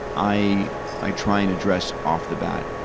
i i try and address off the bat.